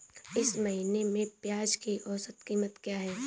इस महीने में प्याज की औसत कीमत क्या है?